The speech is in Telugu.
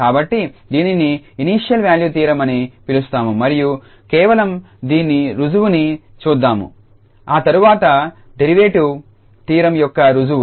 కాబట్టి దీనిని ఇనీషియల్ వాల్యూ థీరం అని పిలుస్తారు మరియు కేవలం దీని రుజువు ని చూద్దాము ఆ తర్వాత డెరివేటివ్ థీరం యొక్క రుజువు